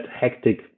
hectic